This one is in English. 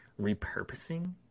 repurposing